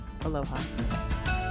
Aloha